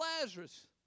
Lazarus